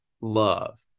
love